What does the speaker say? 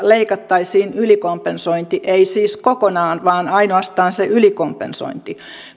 leikattaisiin ylikompensointi ei siis kokonaan vaan ainoastaan se ylikompensointi